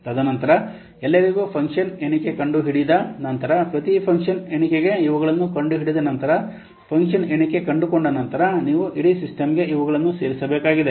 ತದನಂತರ ಎಲ್ಲರಿಗೂ ಫಂಕ್ಷನ್ ಎಣಿಕೆ ಕಂಡುಹಿಡಿದ ನಂತರ ಪ್ರತಿ ಫಂಕ್ಷನ್ ಎಣಿಕೆಗೆ ಇವುಗಳನ್ನು ಕಂಡುಹಿಡಿದ ನಂತರ ಫಂಕ್ಷನ್ ಎಣಿಕೆ ಕಂಡುಕೊಂಡ ನಂತರ ನೀವು ಇಡೀ ಸಿಸ್ಟಮ್ಗೆ ಇವುಗಳನ್ನು ಸೇರಿಸಬೇಕಾಗಿದೆ